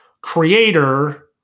creator –